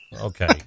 Okay